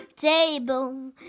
Table